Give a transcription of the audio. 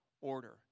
order